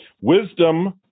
Wisdom